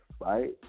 right